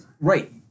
Right